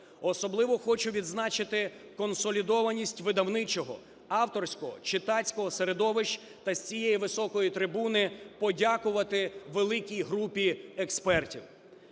Особливо хочу відзначити консолідованість видавничого, авторського, читацького середовищ та з цієї високої трибуни подякувати великій групі експертів.